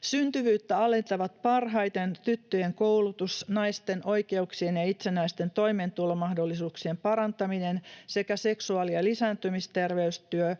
Syntyvyyttä alentavat parhaiten tyttöjen koulutus, naisten oikeuksien ja itsenäisten toimeentulomahdollisuuksien parantaminen sekä seksuaali- ja lisääntymisterveystyö,